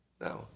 no